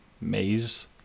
maze